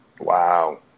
Wow